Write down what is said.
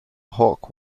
hawk